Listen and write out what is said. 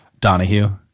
Donahue